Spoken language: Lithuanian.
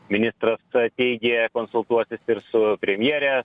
ministras teigė konsultuosis ir su premjere